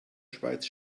schweiz